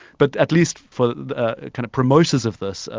but at least for the kind of promoters of this, ah